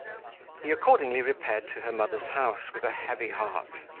he accordingly repaired to her mother's house with a heavy heart,